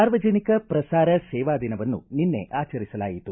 ಸಾರ್ವಜನಿಕ ಪ್ರಸಾರ ಸೇವಾ ದಿನವನ್ನು ನಿನ್ನೆ ಆಚರಿಸಲಾಯಿತು